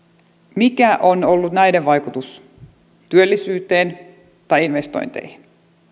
mikä on ollut näiden vaikutus työllisyyteen tai investointeihin